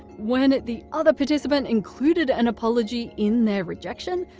when the other participant included an apology in their rejection,